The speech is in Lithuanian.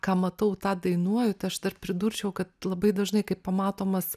ką matau tą dainuoju tai aš dar pridurčiau kad labai dažnai kai pamatomas